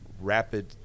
rapid